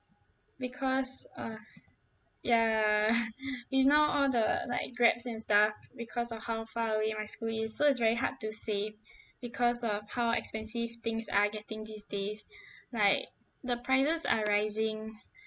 because uh ya you know all the like grabs and stuff because of how far away my school is so it's very hard to save because of how expensive things are getting these days like the prices are rising